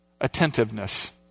attentiveness